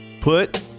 put